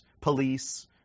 police